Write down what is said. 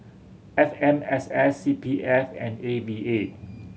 F M S S C P F and A V A